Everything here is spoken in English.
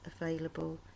available